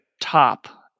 top